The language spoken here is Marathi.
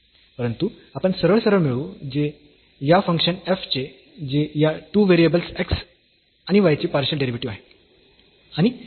परंतु आपण सरळसरळ मिळवू जे या फंक्शन f चे जे या 2 व्हेरिएबल्स x आणि y चे पार्शियल डेरिव्हेटिव्हस् आहे